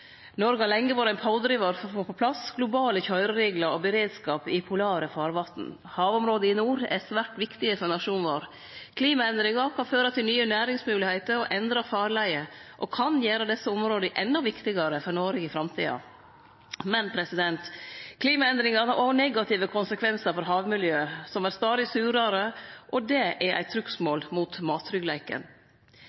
Noreg har lenge vore ein pådrivar for å få på plass globale køyrereglar og beredskap i polare farvatn. Havområda i nord er svært viktige for nasjonen vår. Klimaendringar kan føre til nye næringsmoglegheiter og endra farleier, og kan gjere desse områda endå viktigare for Noreg i framtida. Men klimaendringane har òg negative konsekvensar for havmiljøet, som vert stadig surare. Det er eit